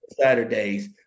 Saturdays